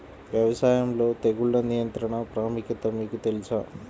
వ్యవసాయంలో తెగుళ్ల నియంత్రణ ప్రాముఖ్యత మీకు తెలుసా?